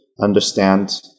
understand